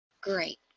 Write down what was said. Great